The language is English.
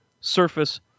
surface